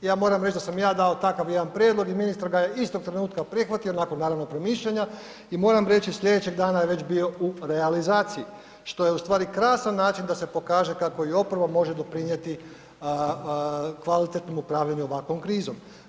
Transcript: Ja moram reć da sam ja dao takav jedan prijedlog i ministar ga je istog trenutka prihvatio nakon naravno promišljanja i moram reći slijedećeg dana je već bio u realizaciji, što je u stvari krasan način da se pokaže kako i oporba može doprinjeti kvalitetnom upravljanju ovakvom krizom.